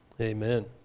amen